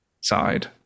side